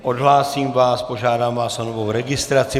Odhlásím vás, požádám vás o novou registraci.